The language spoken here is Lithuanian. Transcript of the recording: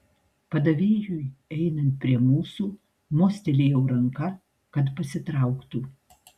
padavėjui einant prie mūsų mostelėjau ranka kad pasitrauktų